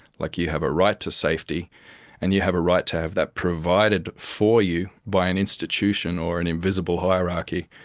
like you have a right to safety and you have a right to have that provided for you by an institution or an invisible hierarchy,